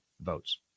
votes